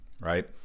right